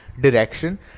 direction